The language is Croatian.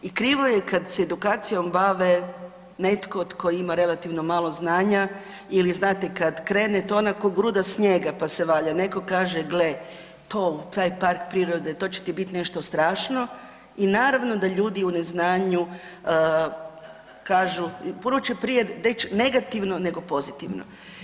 I krivo je kad se edukacijom bave netko tko ima relativno malo znanja ili znate kad krene to je ono ko gruda snijega pa se valja, neko kaže gle to u taj park prirode to će ti biti nešto strašno i naravno da ljudi u neznanju kažu, puno će prije reći negativno nego pozitivno.